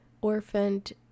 orphaned